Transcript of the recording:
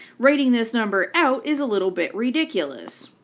writing this number out is a little bit ridiculous.